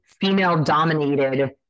female-dominated